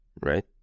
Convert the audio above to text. right